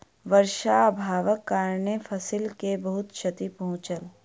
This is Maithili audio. वर्षा अभावक कारणेँ फसिल के बहुत क्षति पहुँचल